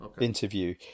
...interview